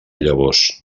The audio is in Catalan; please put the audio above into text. llavors